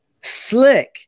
slick